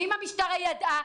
ואם המשטרה ידעה,